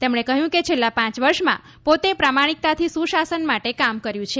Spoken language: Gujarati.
તેમણે કહ્યું કે છેલ્લા પાંચ વર્ષમાં પોતે પ્રામાણિકતાથી સુશાસન માટે કામ કર્યું છે